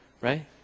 right